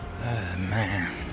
man